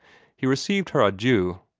he received her adieu,